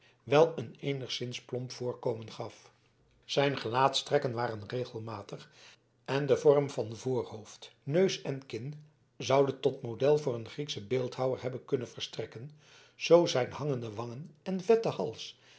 wel een eenigszins plomp voorkomen gaf zijn gelaatstrekken waren regelmatig en de vorm van voorhoofd neus en kin zoude tot model voor een griekschen beeldhouwer hebben kunnen verstrekken zoo zijn hangende wangen en vette hals